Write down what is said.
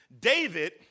David